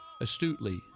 astutely